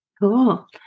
Cool